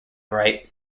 rite